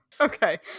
Okay